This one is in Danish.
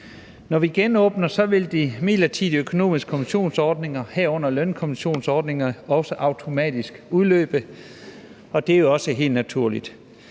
Når vi genåbner, vil de midlertidige økonomiske kompensationsordninger, herunder lønkompensationsordningen, også automatisk udløbe. Det er jo også helt naturligt.